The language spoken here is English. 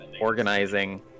organizing